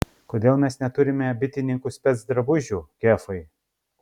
kodėl mes neturime bitininkų specdrabužių kefai